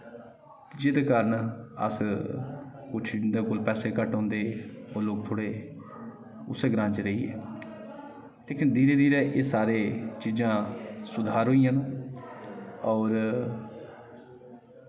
जेह्दे कारण अस कुछ जिं'दे कोल पैसे घट्ट होंदे हे ओह् लोग थोह्ड़े उस्से ग्रांऽ च रेहिये लेकिन धीरे धीरे एह् सारे चीजां सुधार होइयां न होर